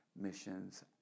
Missions